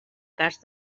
cas